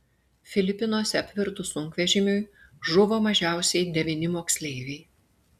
filipinuose apvirtus sunkvežimiui žuvo mažiausiai devyni moksleiviai